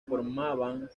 formaban